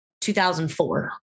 2004